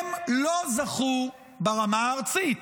הם לא זכו, ברמה הארצית,